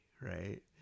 right